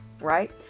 right